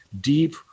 deep